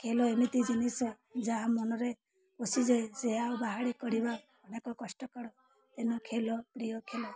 ଖେଳ ଏମିତି ଜିନିଷ ଯାହା ମନରେ ପସି ଯାଏ ସେ ଆଉ ବାହାରି କରିବା ଅନେକ କଷ୍ଟକର ତେଣୁ ଖେଳ ପ୍ରିୟ ଖେଳ